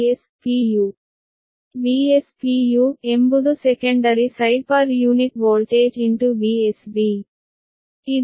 Vs ಎಂಬುದು secondary side per unit voltage into V sB